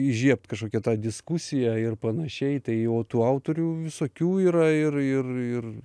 įžiebt kažkokią tą diskusiją ir panašiai tai o tų autorių visokių yra ir ir ir